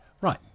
Right